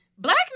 Black